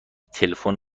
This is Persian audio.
تلفن